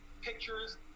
pictures